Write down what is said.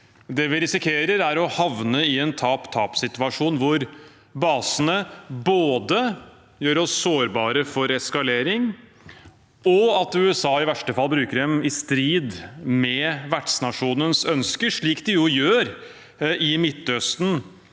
Det vi risikerer, er å havne i en tap-tap-situasjon, hvor basene både gjør oss sårbare for eskalering, og at USA i verste fall bruker dem i strid med vertsnasjonens ønsker – slik de jo gjør i Midtøsten